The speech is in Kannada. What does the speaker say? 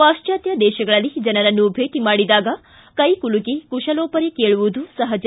ಪಾಶ್ಟಾತ್ಮ ದೇಶಗಳಲ್ಲಿ ಜನರನ್ನು ಭೇಟ ಮಾಡಿದಾಗ ಕೈಕುಲುಕಿ ಕುಶಲೋಪರಿ ಕೇಳುವುದು ಸಹಜ